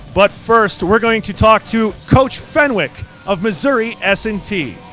but first, we are going to talk to coach fenwick of missouri s and t.